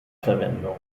verwendung